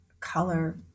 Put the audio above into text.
Color